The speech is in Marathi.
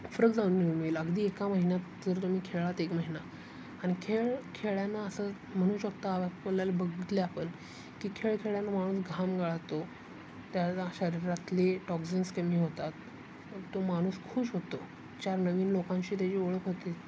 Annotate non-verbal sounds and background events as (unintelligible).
फरक जाणवून येईल अगदी एका महिन्यात जर तुम्ही खेळात एक महिना आणि खेळ खेळांना असं म्हणू शकता आपल्याला बघितलं आहे आपण की खेळ खेळल्याने माणूस घाम गळतो त्या (unintelligible) शरीरातले टॉक्झिन्स कमी होतात तो माणूस खुश होतो चार नवीन लोकांशी त्याची ओळख होते